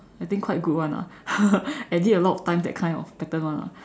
I think quite good [one] lah edit a lot of times that kind of pattern [one] lah